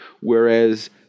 whereas